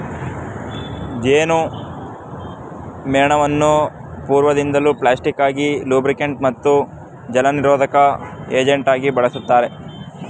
ಜೇನುಮೇಣವನ್ನು ಪೂರ್ವದಿಂದಲೂ ಪ್ಲಾಸ್ಟಿಕ್ ಆಗಿ ಲೂಬ್ರಿಕಂಟ್ ಮತ್ತು ಜಲನಿರೋಧಕ ಏಜೆಂಟಾಗಿ ಬಳುಸ್ತಾರೆ